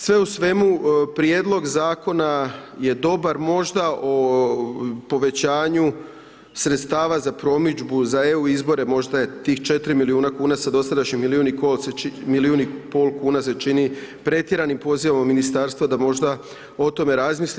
Sve u svemu prijedlog zakona je dobar možda o povećanju sredstava za promidžbu za EU izbore možda je tih 4 milijuna kuna sa dosadašnjih milijun i pol kuna se čini pretjeranim pozivom ministarstva da možda o tome razmisli.